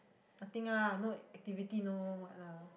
nothing ah no activity no what ah